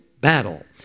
battle